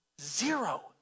Zero